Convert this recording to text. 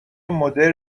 مدرن